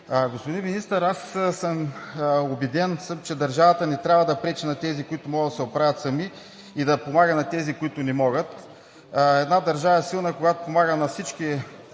Господин Министър, аз съм убеден, че държавата не трябва да пречи на тези, които могат да се оправят сами, и да помага на тези, които не могат. Една държава е силна, когато помага на всички